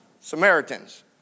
Samaritans